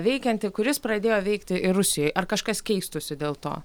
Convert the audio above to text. veikiantį kuris pradėjo veikti ir rusijoj ar kažkas keistųsi dėl to